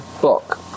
book